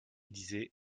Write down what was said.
disait